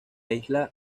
isla